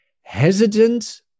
hesitant